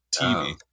TV